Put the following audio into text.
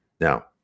Now